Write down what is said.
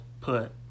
put